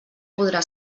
podrà